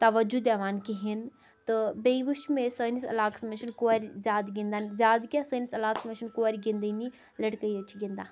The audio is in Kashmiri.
تَوجُہ یِوان کِہیٖنۍ تہٕ بیٚیہِ وٕچھ مےٚ سٲنِس علاقَس منٛز چھِنہٕ کورِ زیادٕ گِنٛدان زیادٕ کیٚنٛہہ سٲنِس عَلاقَس منٛز چھِنہٕ کورِ گِنٛدٲنی لٔڑکہٕ ییٚتہِ چھِ گِنٛدا